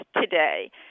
today